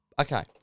Okay